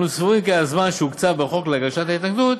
אנו סבורים כי הזמן שהוקצב בחוק להגשת התנגדות